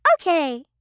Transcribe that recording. okay